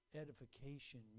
edification